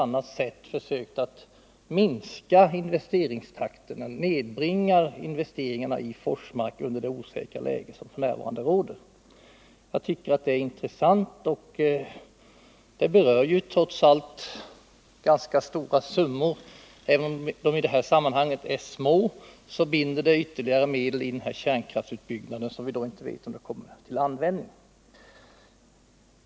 Har man försökt att minska investeringstakten och nedbringa investeringarna i Forsmark i det osäkra läge som f.n. råder? Det vore intressant att få veta detta. Det rör sig trots allt om ganska stora summor, även om de i detta sammanhang är små. Det är medel som binds i utbyggnad av en kärnkraftsanläggning som kanske inte kommer till användning.